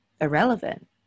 irrelevant